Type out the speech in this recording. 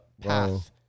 path